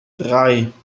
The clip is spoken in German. drei